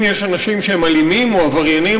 אם יש אנשים שהם אלימים או עבריינים,